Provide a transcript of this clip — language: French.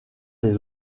les